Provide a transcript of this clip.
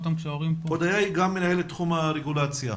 הודיה היא גם מנהלת תחום הרגולציה.